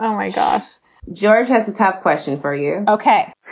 um my gosh george has a tough question for you ok,